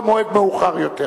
במועד מאוחר יותר.